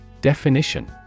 Definition